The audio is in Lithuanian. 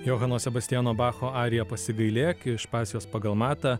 johano sebastiano bacho arija pasigailėk iš pasijos pagal matą